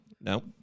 No